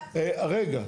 רגע.